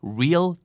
real